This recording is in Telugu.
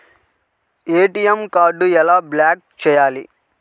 ఏ.టీ.ఎం కార్డుని ఎలా బ్లాక్ చేయాలి?